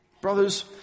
brothers